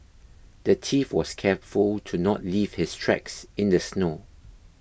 the thief was careful to not leave his tracks in the snow